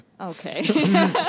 Okay